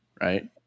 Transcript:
right